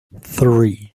three